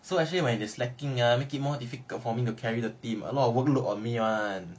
so actually when it is lacking you make it more difficult for me to carry the team a lot of workload on me [one]